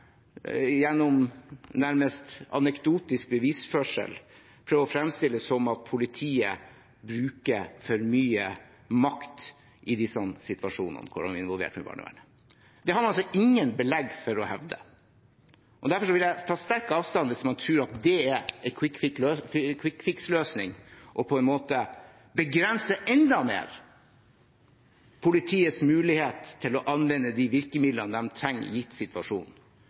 gjennom nærmest anekdotisk bevisførsel, prøver å fremstille det som at politiet bruker for mye makt i disse situasjonene hvor de er involvert med barnevernet. Det har man ikke belegg for å hevde. Derfor vil jeg sterkt ta avstand fra det hvis man tror det er en kvikkfiks-løsning på en måte å begrense enda mer politiets mulighet til å anvende de virkemidlene de trenger, gitt